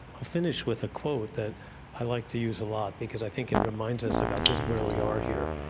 i'll finish with a quote that i like to use a lot because i think it reminds us about just where we are here,